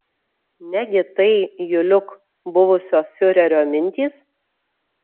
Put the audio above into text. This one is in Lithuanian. negi tai juliuk buvusio fiurerio mintys